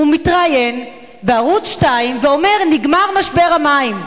הוא מתראיין בערוץ-2 ואומר: נגמר משבר המים.